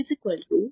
Vo 1